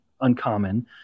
uncommon